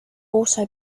also